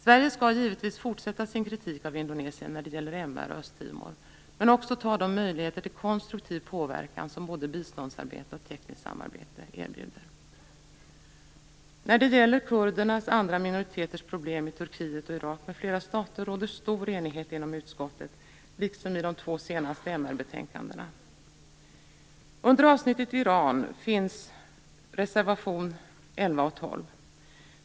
Sverige skall givetvis fortsätta med sin kritik av Indonesien när det gäller MR och Östtimor men också ta vara på de möjligheter till konstruktiv påverkan som både biståndsarbete och tekniskt samarbete erbjuder. När det gäller kurderna och andra minoriteters problem i Turkiet, Irak och flera andra stater råder stor enighet inom utskottet, liksom det gjorde i de två senaste MR-betänkandena. Under avsnittet om Iran finns reservationerna 11 och 12.